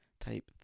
type